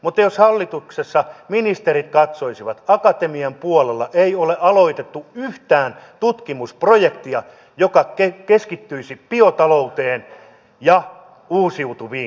mutta jos hallituksessa ministerit katsoisivat akatemian puolella ei ole aloitettu yhtään tutkimusprojektia joka keskittyisi biotalouteen ja uusiutuviin